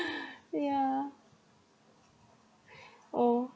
yeah oh